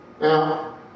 Now